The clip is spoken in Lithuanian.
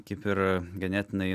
kaip ir ganėtinai